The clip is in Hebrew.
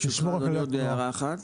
ברשותך, אדוני, עוד הערה אחת.